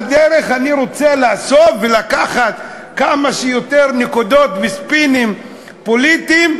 על הדרך אני רוצה לאסוף ולקחת כמה שיותר נקודות וספינים פוליטיים,